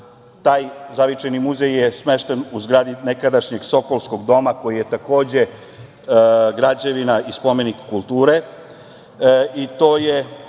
taj Zavičajni muzej je smešten u zgradi nekadašnjeg Sokolskog doma, koji je, takođe, građevina i spomenik kulture